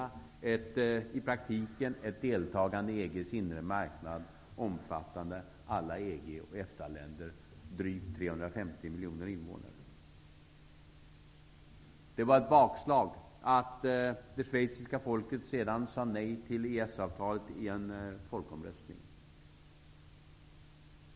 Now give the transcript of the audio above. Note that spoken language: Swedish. I praktiken rör det sig om ett deltagande i EG:s inre marknad, omfattande alla EG och EFTA-länder, drygt 350 Det var ett bakslag att det schweiziska folket sedan sade nej till EES-avtalet i en folkomröstning.